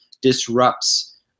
disrupts